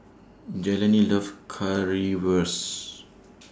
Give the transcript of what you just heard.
Jelani loves Currywurst